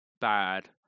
bad